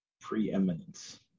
preeminence